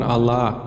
Allah